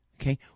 Okay